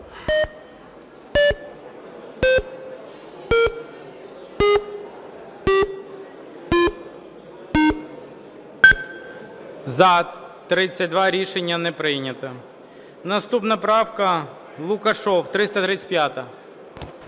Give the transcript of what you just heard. За-32 Рішення не прийнято. Наступна правка, Лукашев, 335-а.